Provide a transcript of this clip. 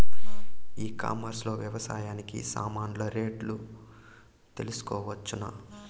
ఈ కామర్స్ లో వ్యవసాయానికి సామాన్లు రేట్లు తెలుసుకోవచ్చునా?